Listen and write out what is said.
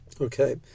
Okay